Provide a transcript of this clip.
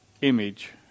image